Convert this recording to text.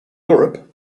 europe